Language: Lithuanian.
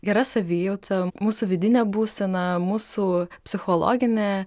gera savijauta mūsų vidinė būsena mūsų psichologinė